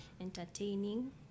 entertaining